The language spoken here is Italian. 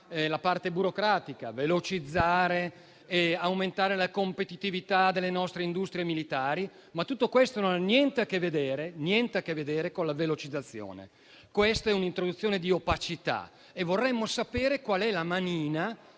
la parte burocratica, velocizzare e aumentare la competitività delle nostre industrie militari, ma tutto questo non ha niente a che vedere con la velocizzazione. Questa è un'introduzione di opacità e vorremmo sapere qual è la manina